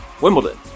Wimbledon